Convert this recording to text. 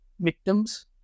victims